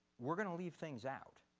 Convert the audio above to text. we're going to leave things out.